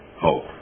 hope